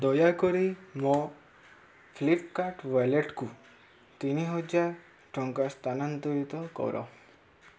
ଦୟାକରି ମୋ ଫ୍ଲିପ୍କାର୍ଟ୍ ୱାଲେଟ୍କୁ ତିନିହଜାର ଟଙ୍କା ସ୍ଥାନାନ୍ତରିତ କର